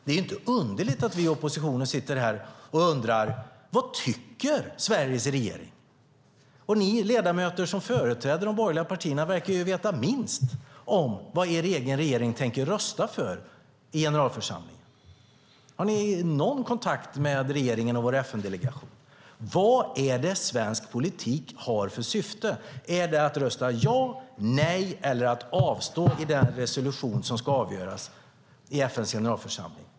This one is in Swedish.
Det är inte underligt att vi i oppositionen undrar vad Sveriges regering tycker. Ni ledamöter som företräder de borgerliga partierna verkar veta minst vad er egen regering tänker rösta för i generalförsamlingen. Har ni någon kontakt med regeringen och vår FN-delegation? Vad har svensk politik för syfte? Är det att rösta ja, nej eller avstå i fråga om den resolution som ska avgöras i FN:s generalförsamling?